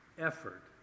effort